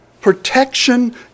Protection